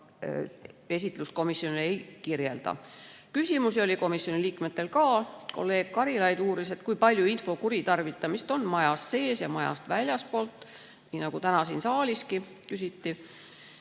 esitlust ei kirjelda. Küsimusi oli komisjoni liikmetel ka. Kolleeg Karilaid uuris, kui palju info kuritarvitamist on majas sees ja väljastpoolt maja, nii nagu täna siin saaliski küsiti.